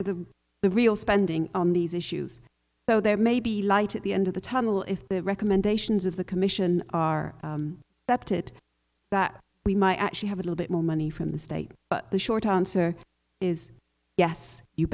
for the the real spending on these issues though there may be light at the end of the tunnel if the recommendations of the commission are up to it that we might actually have a little bit more money from the state but the short answer is yes you